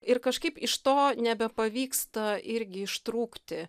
ir kažkaip iš to nebepavyksta irgi ištrūkti